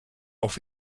off